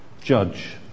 judge